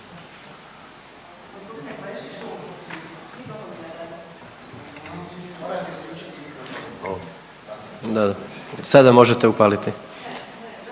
sada možete upaliti,